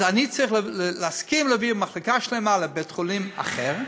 אז אני צריך להסכים להעביר מחלקה שלמה לבית-חולים אחר,